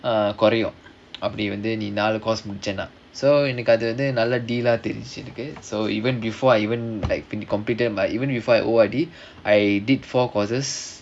uh குறையும் அப்டி வந்து நீ நாலு:kuraiyum apdi vandhu nee naalu course முடிச்சேனா:mudichaenaa so எனக்கு அது வந்து:enakku adhu vandhu so even before I even like completed my even before I O_R_D I did four courses